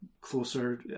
closer